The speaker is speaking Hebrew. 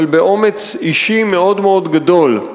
אבל באומץ אישי מאוד גדול,